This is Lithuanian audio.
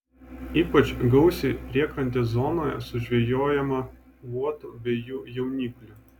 ypač gausiai priekrantės zonoje sužvejojama uotų bei jų jauniklių